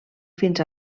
fins